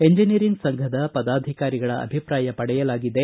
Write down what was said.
engineering ಸಂಘದ ಪದಾಧಿಕಾರಿಗಳ ಅಭಿಪ್ರಾಯ ಪಡೆಯಲಾಗಿದೆ